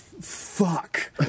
fuck